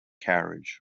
carriage